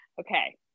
Okay